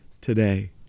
today